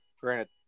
Granted